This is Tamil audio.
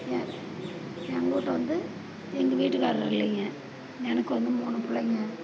என் எங்கள் வீட்ல வந்து எங்கள் வீட்டுக்காரர் இல்லைங்க எனக்கு வந்து மூணு பிள்ளைங்க